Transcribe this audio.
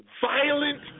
Violent